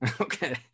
okay